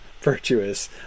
virtuous